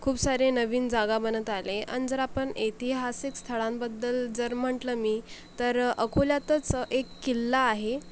खूप सारे नवीन जागा बनत आले आणि जर आपण ऐतिहासिक स्थळांबद्दल जर म्हटलं मी तर अकोल्यातच एक किल्ला आहे